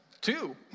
Two